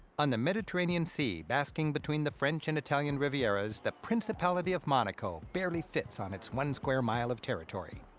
on the mediterranean sea, basking between the french and italian rivieras, the principality of monaco barely fits on its one square mile of territory.